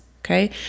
Okay